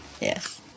Yes